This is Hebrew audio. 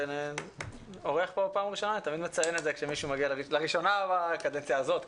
וגם אורח פה בפעם הראשונה בקדנציה הזאת,